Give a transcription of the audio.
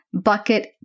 bucket